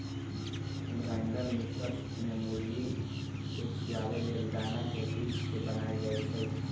grinder mixer में मुर्गी के खियाबे लेल दना के पिस के बनाएल जाइ छइ